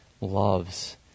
loves